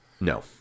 No